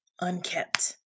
unkept